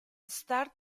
star